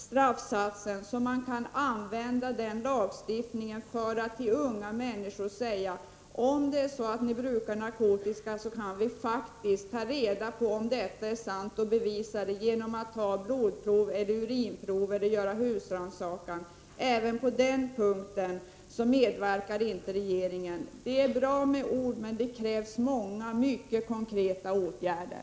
Straffsatserna måste ökas, så att denna lagstiftning kan användas för att man till unga människor skall kunna säga att om de brukar narkotika kan samhället bevisa detta genom att ta blodprov och urinprov eller genom att göra husrannsakan. Inte heller på denna punkt medverkar regeringen. Det är bra med ord, men det krävs många mycket konkreta åtgärder.